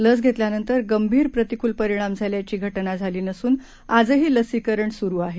लसघेतल्यानंतरगंभीरप्रतिकूलपरिणामझाल्याचीघटनाझालीनसून आजहीलसीकरणसुरूआहे